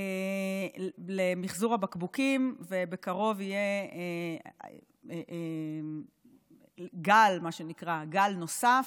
למחזור הבקבוקים, ובקרוב יהיה מה שנקרא גל נוסף.